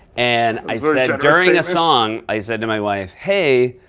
and i said during a song, i said to my wife, hey,